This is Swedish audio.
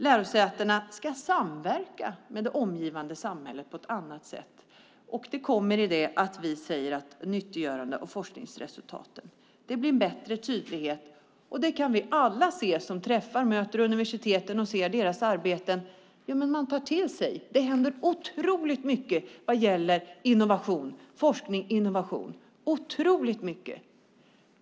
Lärosätena ska samverka med det omgivande samhället på ett annat sätt, och det kommer i det vi säger om nyttiggörande av forskningsresultaten. Det blir en bättre tydlighet, och det kan vi alla se som träffar universiteten och ser deras arbeten. Man tar till sig. Det händer otroligt mycket vad gäller forskning och innovation.